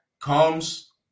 comes